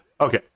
Okay